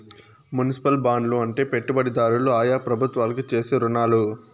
municipal బాండ్లు అంటే పెట్టుబడిదారులు ఆయా ప్రభుత్వాలకు చేసే రుణాలు